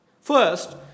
First